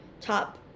top